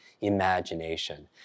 Imagination